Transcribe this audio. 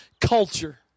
culture